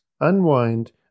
unwind